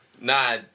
nah